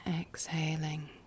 exhaling